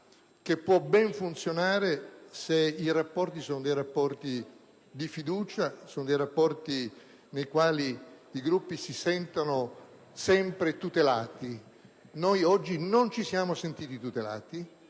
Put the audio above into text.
che può ben funzionare se i rapporti sono di fiducia, nei quali i Gruppi si sentono sempre tutelati. Noi oggi non ci siamo sentiti tutelati